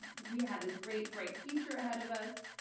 we had this great bright future ahead of us.